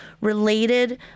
related